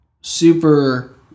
super